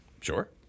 Sure